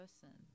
person